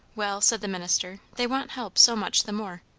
well, said the minister, they want help so much the more.